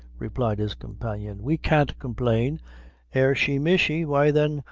replied his companion we can't complain ershi mishi why, then,